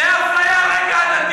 זו אפליה על רקע עדתי.